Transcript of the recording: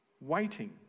Waiting